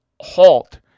halt